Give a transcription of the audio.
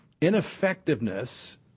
ineffectiveness